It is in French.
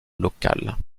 locale